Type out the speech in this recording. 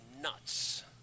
nuts